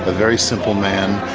ah very simple man.